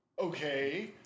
Okay